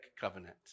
covenant